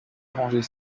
arranger